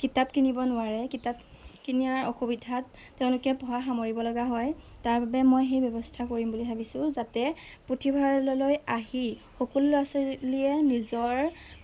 কিতাপ কিনিব নোৱাৰে কিতাপ কিনাৰ অসুবিধাত তেওঁলোকে পঢ়া সামৰিব লগা হয় তাৰবাবে মই সেই ব্যৱস্থা কৰিম বুলি ভাবিছোঁ যাতে পুথিভঁৰাললৈ আহি সকলো ল'ৰা ছোৱালীয়ে নিজৰ